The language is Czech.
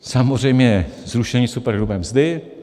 Samozřejmě zrušení superhrubé mzdy.